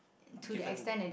given